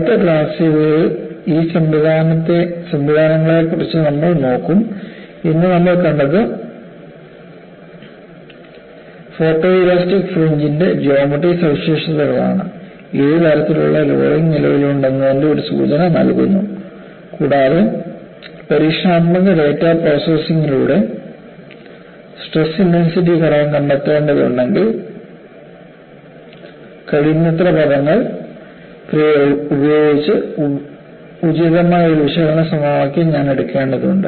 അടുത്ത ക്ലാസിൽ ഈ സംവിധാനങ്ങളെക്കുറിച്ച് നമ്മൾ നോക്കും ഇന്ന് നമ്മൾ കണ്ടത് ഫോട്ടോലാസ്റ്റിക് ഫ്രിഞ്ച്ന്റെ ജ്യോമട്രി സവിശേഷതകളാണ് ഏത് തരത്തിലുള്ള ലോഡിംഗ് നിലവിലുണ്ടെന്നതിന്റെ ഒരു സൂചന നൽകുന്നു കൂടാതെ പരീക്ഷണാത്മക ഡാറ്റ പ്രോസസ്സിലൂടെ സ്ട്രെസ് ഇന്റെൻസിറ്റി ഘടകം കണ്ടെത്തേണ്ടതുണ്ടെങ്കിൽ കഴിയുന്നത്ര പദങ്ങൾ ഉപയോഗിച്ച് ഉചിതമായ ഒരു വിശകലന സമവാക്യം ഞാൻ എടുക്കേണ്ടതുണ്ട്